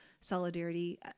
solidarity